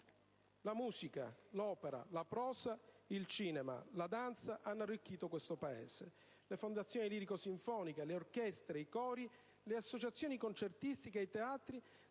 La musica, l'opera, la prosa, il cinema, la danza hanno arricchito questo Paese; le fondazioni lirico-sinfoniche, le orchestre, i cori, le associazioni concertistiche e i teatri